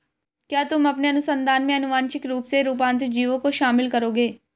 क्या तुम अपने अनुसंधान में आनुवांशिक रूप से रूपांतरित जीवों को शामिल करोगे?